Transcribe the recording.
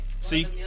See